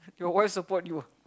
your voice support your